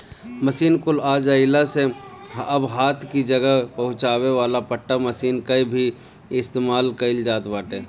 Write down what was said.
machine कुल आ जइला से अब हाथ कि जगह पहुंचावे वाला पट्टा मशीन कअ ही इस्तेमाल कइल जात बाटे